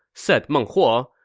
said meng huo,